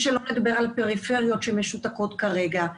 שלא לדבר על פריפריות שמשותקות כרגע.